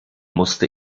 musste